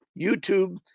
YouTube